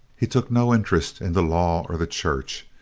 he took no interest in the law or the church.